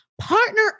Partner